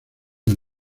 del